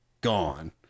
gone